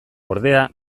ordea